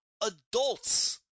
adults